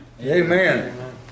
Amen